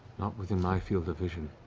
not within my field of vision.